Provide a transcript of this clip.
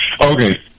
Okay